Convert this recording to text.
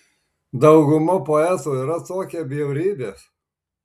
dauguma poetų yra tokie bjaurybės